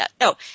No